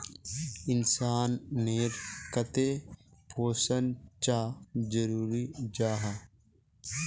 इंसान नेर केते पोषण चाँ जरूरी जाहा?